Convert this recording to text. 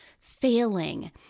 failing